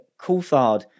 Coulthard